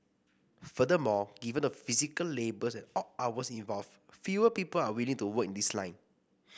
furthermore given the physical labours and odd hours involved fewer people are willing to work in this line